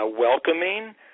welcoming